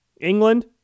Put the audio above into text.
England